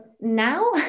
now